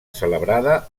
celebrada